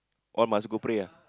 one must go pray ah